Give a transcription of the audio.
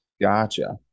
Gotcha